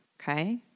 okay